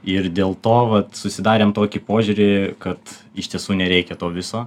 ir dėl to vat susidarėm tokį požiūrį kad iš tiesų nereikia to viso